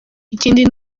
ikindi